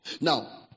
Now